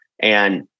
And-